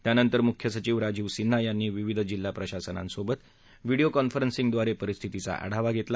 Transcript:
त्यानंतर मुख्य सचिव राजीव सिन्हा यांनी विविध जिल्हा प्रशासनांसोबत व्हिडिओ कॉन्फरंसींगद्वारे परिस्थितीचा आढावा घेतला